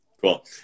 Cool